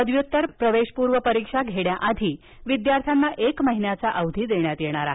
पदव्युत्तर प्रवेशपूर्व परीक्षा घेण्याआधी विद्यार्थ्यांना एक महिन्याचा अवधी देण्यात येणार आहे